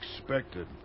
expected